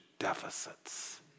Deficits